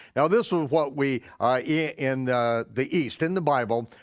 now, this was what we, in the the east in the bible,